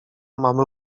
mam